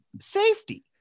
safety